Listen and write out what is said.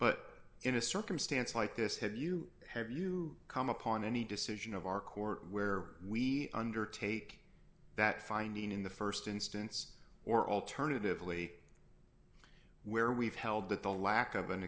but in a circumstance like this have you have you come upon any decision of our court where we undertake that finding in the st instance or alternatively where we've held that the lack of an